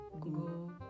Go